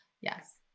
yes